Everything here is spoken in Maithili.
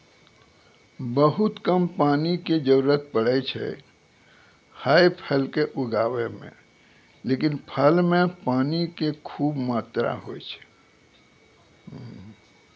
बहुत कम पानी के जरूरत पड़ै छै है फल कॅ उगाबै मॅ, लेकिन फल मॅ पानी के खूब मात्रा होय छै